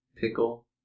pickle